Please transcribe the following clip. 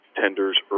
tenders